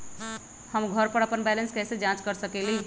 हम घर पर अपन बैलेंस कैसे जाँच कर सकेली?